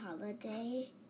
holiday